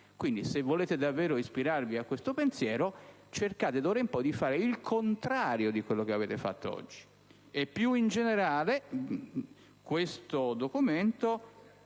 dunque volete davvero ispirarvi a questo pensiero, cercate d'ora in poi di fare il contrario di quello che avete fatto oggi. Più in generale, questo documento